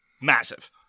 massive